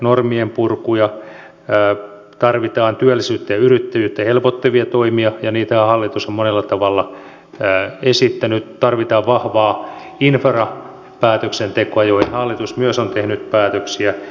normien purku tarvitaan työllisyyttä ja yrittäjyyttä helpottavia toimia ja niitähän hallitus on monella tavalla esittänyt tarvitaan vahvaa infrapäätöksentekoa jossa hallitus myös on tehnyt päätöksiä